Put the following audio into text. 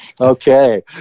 Okay